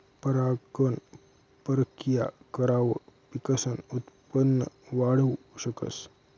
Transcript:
परागकण परकिया करावर पिकसनं उत्पन वाढाऊ शकतस